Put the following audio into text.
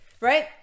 right